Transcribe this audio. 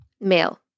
Male